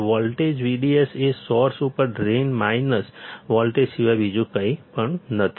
voltage VDS એ source ઉપર drain minus voltage સિવાય બીજું કંઈ પણ નથી